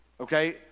Okay